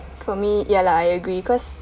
for me ya lah I agree cause